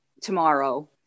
tomorrow